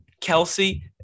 Kelsey